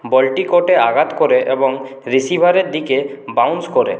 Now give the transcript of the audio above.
বলটি কোর্টে আঘাত করে এবং রিসিভারের দিকে বাউন্স করে